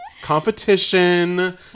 competition